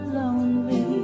lonely